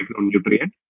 micronutrient